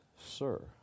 sir